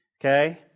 Okay